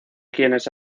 quienes